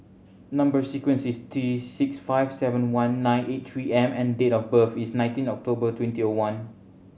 number sequence is T six five seven one nine eight Three M and date of birth is nineteen October twenty O one